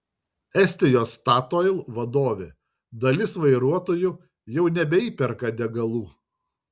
estijos statoil vadovė dalis vairuotojų jau nebeįperka degalų